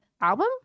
album